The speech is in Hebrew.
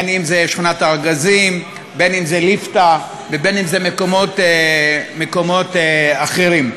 אם שכונת-הארגזים, אם ליפתא ואם מקומות אחרים.